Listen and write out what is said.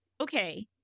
Okay